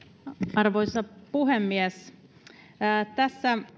arvoisa puhemies tässä